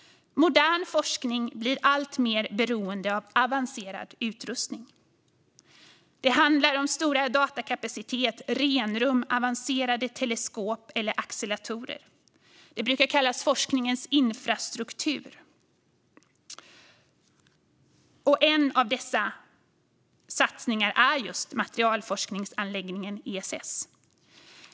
Modern forskning blir alltmer beroende av avancerad utrustning. Det handlar om stor datakapacitet, renrum, avancerade teleskop eller acceleratorer. Det brukar kallas forskningens infrastruktur. En av dessa satsningar är materialforskningsanläggningen ESS.